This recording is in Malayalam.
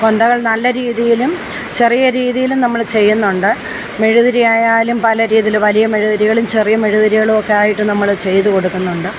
കൊന്തകൾ നല്ല രീതിയിലും ചെറിയ രീതിയിലും നമ്മൾ ചെയ്യുന്നുണ്ട് മെഴുകുതിരി ആയാലും പല രീതിയിലും വലിയ മെഴുകുതിരികളും ചെറിയ മെഴുകുതിരികളുമൊക്കെ ആയിട്ട് നമ്മൾ ചെയ്തു കൊടുക്കുന്നുണ്ട്